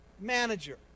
manager